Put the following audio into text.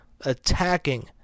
attacking